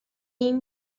این